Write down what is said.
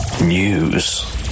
News